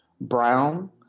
brown